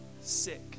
sick